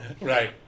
Right